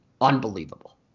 unbelievable